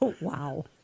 wow